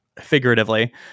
figuratively